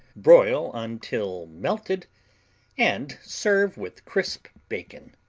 broil until melted and serve with crisp bacon.